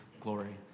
glory